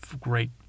Great